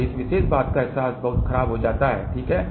तो इस विशेष बात का अहसास बहुत खराब हो जाता है ठीक है